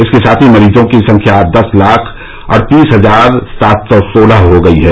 इसके साथ ही मरीजों की संख्या दस लाख अड़तीस हजार सात सौ सोलह हो गई है